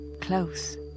close